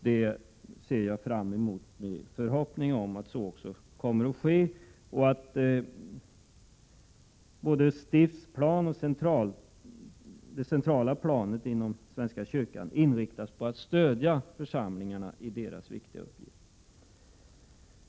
Jag ser med förhoppningen fram mot att så också kommer att ske och att både stiftsplanet och det centrala planet inom svenska kyrkan inriktas på att stödja församlingarna i deras viktiga uppgift.